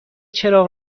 چراغ